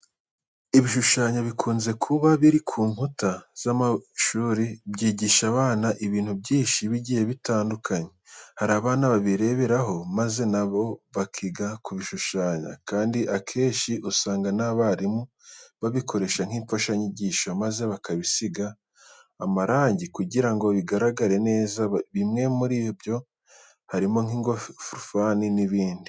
Ibishushanyo bikunze kuba biri ku nkuta z'amashuri byigisha abana ibintu byinshi bigiye bitandukanye. Hari abana babireberaho maze na bo bakiga kubishushanya kandi akenshi usanga n'abarimu babikoresha nk'imfashanyigisho maze bakabisiga amarange kugira ngo bigaragare neza. Bimwe muri byo harimo nk'ingorofani n'ibindi.